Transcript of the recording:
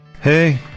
Hey